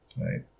Right